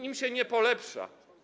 Im się nie polepsza.